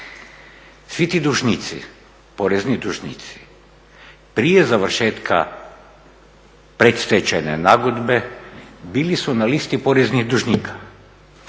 Svi ti porezni dužnici prije završetka predstečajne nagodbe bili su na listi poreznih dužnika,